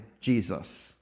jesus